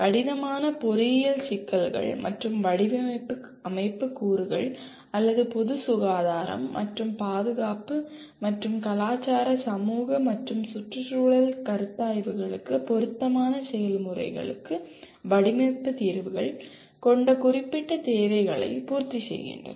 கடினமான பொறியியல் சிக்கல்கள் மற்றும் வடிவமைப்பு அமைப்பு கூறுகள் அல்லது பொது சுகாதாரம் மற்றும் பாதுகாப்பு மற்றும் கலாச்சார சமூக மற்றும் சுற்றுச்சூழல் கருத்தாய்வுகளுக்கு பொருத்தமான செயல்முறைகளுக்கு வடிவமைப்பு தீர்வுகள் கொண்ட குறிப்பிட்ட தேவைகளை பூர்த்தி செய்கின்றன